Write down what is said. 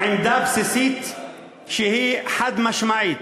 אני שואל.